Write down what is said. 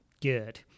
good